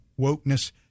wokeness